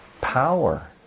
power